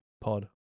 pod